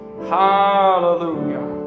hallelujah